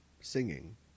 singing